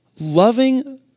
Loving